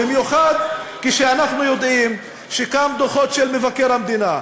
במיוחד כשאנחנו יודעים שגם דוחות של מבקר המדינה,